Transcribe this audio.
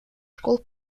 школ